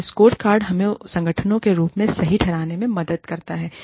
और स्कोरकार्ड हमें संगठनों के रूप में सही ठहराने में मदद करता है